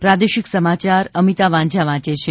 પ્રાદેશિક સમાચાર અમિતા વાંઝા વાંચે છે